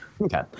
Okay